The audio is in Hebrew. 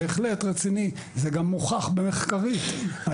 זה רציני בהחלט, וגם מוכח, מחקרית.